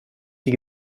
die